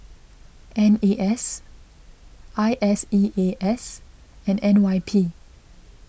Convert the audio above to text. N E S I S E A S and N Y P